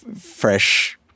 fresh